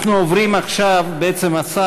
אבל אמרתי שנפתחה חקירה.